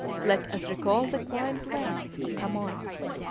let us recall the quaint lines of camoens